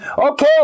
Okay